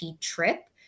trip